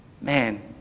man